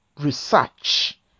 Research